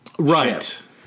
Right